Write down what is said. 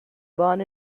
born